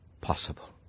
possible